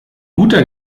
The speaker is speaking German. guter